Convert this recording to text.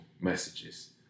messages